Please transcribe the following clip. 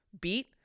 beat